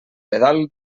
pedal